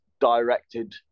directed